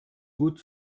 gut